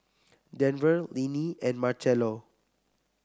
Denver Linnie and Marcelo